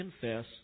confess